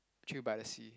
Chill by the Sea